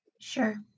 Sure